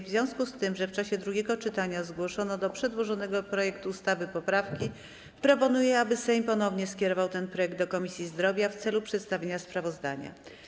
W związku z tym, że w czasie drugiego czytania zgłoszono do przedłożonego projektu ustawy poprawki, proponuję, aby Sejm ponownie skierował ten projekt do Komisji Zdrowia w celu przedstawienia sprawozdania.